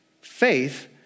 faith